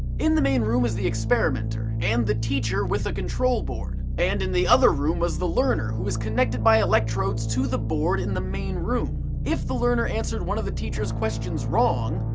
in the main room was the experimenter and the teacher with a control board, and in the other room was the learner who was connected by electrodes to the board in the main one. if the learner answered one of the teacher's questions wrong,